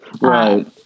Right